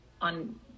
on